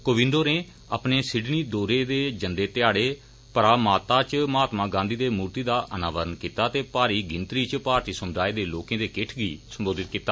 कोविन्द होरें अपने सिडनी दौरे दे जंदे ध्याडे पारामात्ता इच महात्मा गांधी दे मूर्ति दा अनावरण कीता ते भारी गिनतरी इच भारतीय समुदाय दे लोकें दे किटठ गी सम्बोधित कीता